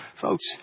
folks